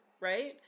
right